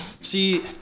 see